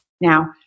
Now